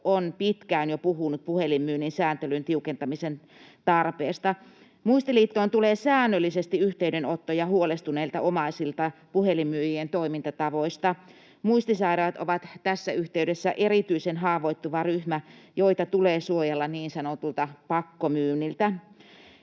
ovat pitkään jo puhuneet puhelinmyynnin sääntelyn tiukentamisen tarpeesta. Muistiliittoon tulee säännöllisesti yhteydenottoja huolestuneilta omaisilta puhelinmyyjien toimintatavoista. Muistisairaat ovat tässä yhteydessä erityisen haavoittuva ryhmä, jota tulee suojella niin sanotulta pakkomyynniltä.